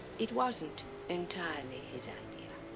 it wasn't entirely his idea.